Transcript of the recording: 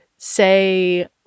say